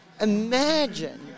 Imagine